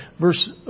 Verse